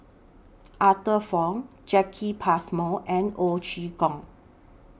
Arthur Fong Jacki Passmore and Ho Chee Kong